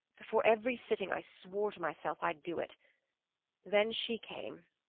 before every sitting i swore to myself i'd do it then she came,